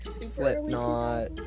Slipknot